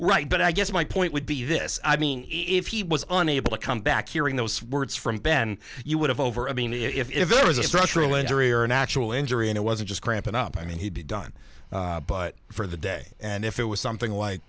right but i guess my point would be this i mean if he was unable to come back hearing those words from ben you would have over i mean if there is a structural injury or natural injury and it wasn't just cramping up i mean he'd be done but for the day and if it was something like